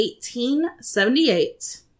1878